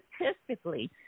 statistically